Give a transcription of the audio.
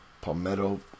Palmetto